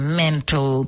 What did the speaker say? mental